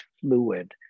fluid